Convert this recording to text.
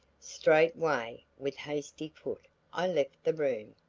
straightway with hasty foot i left the room.